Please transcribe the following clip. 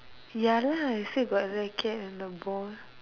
ya lah I say got racket and the ball